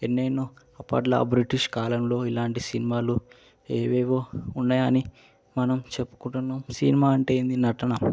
ఎన్నెన్నో అప్పట్ల బ్రిటిష్ కాలంలో ఇలాంటి సినిమాలు ఏవేవో ఉన్నాయని మనం చెప్పుకుంటున్నాము సినిమా అంటే ఏంటి నటన